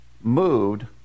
moved